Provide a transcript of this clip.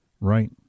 Right